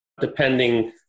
depending